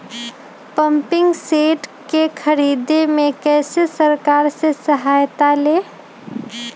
Pumping set के ख़रीदे मे कैसे सरकार से सहायता ले?